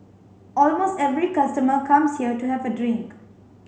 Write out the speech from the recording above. almost every customer comes here to have a drink